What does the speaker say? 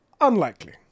unlikely